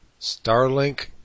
Starlink